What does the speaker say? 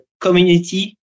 community